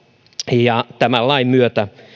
ja tämän lain myötä